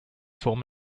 form